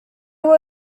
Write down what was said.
were